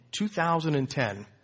2010